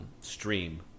stream